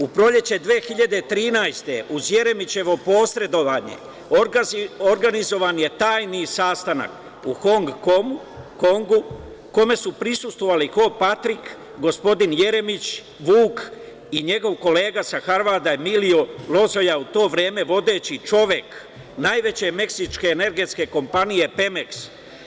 U proleće 2013. godine uz Jeremićevo posredovanje organizovan je tajni sastanak u Hong Kongu kome su prisustvovali Ho Patrik, gospodin Jeremić Vuk i njegov kolega sa Harvarda Emilio Lozoja, u to vreme vodeći čovek najveće meksičke energetske kompanije „Pemeks“